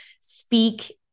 speak